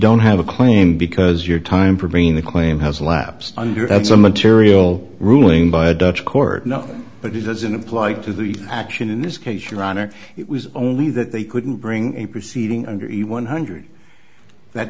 don't have a claim because your time for being the claim has lapsed under some material ruling by a dutch court no but it doesn't apply to the action in this case your honor it was only that they couldn't bring a proceeding under one hundred that